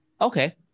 Okay